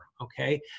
okay